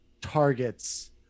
targets